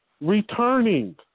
returning